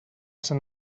sant